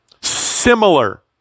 similar